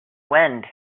wind